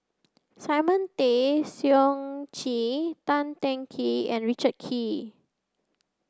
Simon Tay Seong Chee Tan Teng Kee and Richard Kee